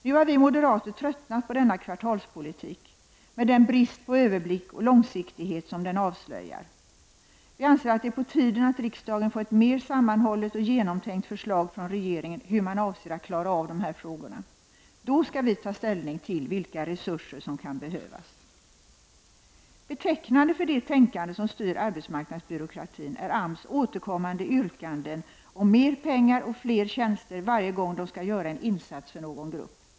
Nu har vi moderater tröttnat på denna kvartalspolitik och den brist på överblick och långsiktighet som den avslöjar. Vi anser att det är på tiden att riksdagen får ett mer sammanhållet och genomtänkt förslag från regeringen om hur man avser att klara av dessa frågor. Då skall vi ta ställning till vilka resurser som kan behövas. Betecknande för det tänkande som styr arbetsmarknadsbyråkratin är AMS återkommande yrkanden om mer pengar och fler tjänster varje gång de skall göra en insats för någon grupp.